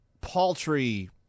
paltry